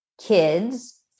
kids